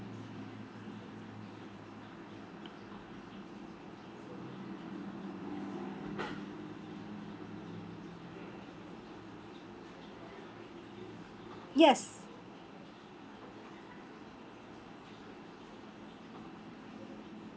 yes